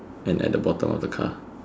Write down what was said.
and at the bottom of the car